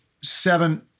seven